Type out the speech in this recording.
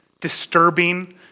disturbing